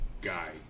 guy